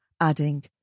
adding